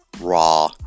raw